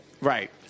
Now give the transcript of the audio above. Right